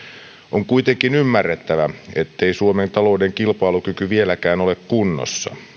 on kuitenkin ymmärrettävä ettei suomen talouden kilpailukyky vieläkään ole kunnossa